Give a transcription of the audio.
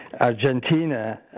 Argentina